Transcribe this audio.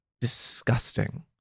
disgusting